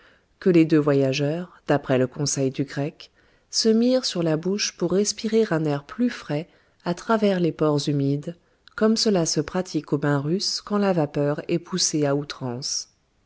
que les deux voyageurs d'après le conseil du grec se mirent sur la bouche pour respirer un air plus frais à travers les pores humides comme cela se pratique aux bains russes quand la vapeur est poussée à outrance